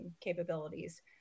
capabilities